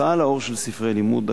הוצאה לאור של ספרי לימוד,